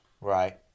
Right